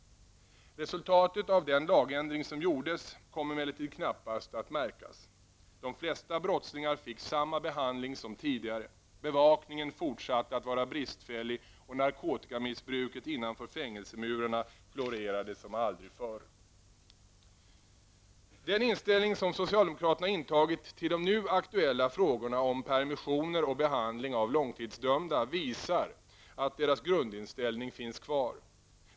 Resultatet av den lagändring som gjordes kom emellertid knappast att märkas. De flesta brottslingar fick samma behandling som tidigare, bevakningen fortsatte att vara bristfällig och narkotikamissbruket innanför fängelsemurarna florerade som aldrig förr. Den inställning som socialdemokraterna intagit till de nu aktuella frågorna om permissioner och behandling av långtidsdömda visar att deras grundinställning finns kvar.